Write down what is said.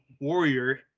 warrior